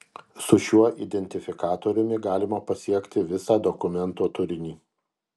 su šiuo identifikatoriumi galima pasiekti visą dokumento turinį